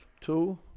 two